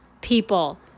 people